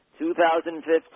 2015